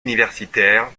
universitaires